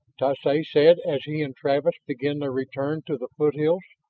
tsoay said as he and travis began their return to the foothills.